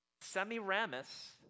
Semiramis